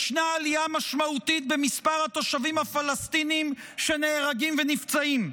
ישנה עלייה משמעותית במספר התושבים הפלסטינים שנהרגים ונפצעים.